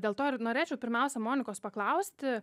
dėl to ir norėčiau pirmiausia monikos paklausti